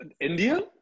India